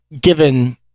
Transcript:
given